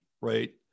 right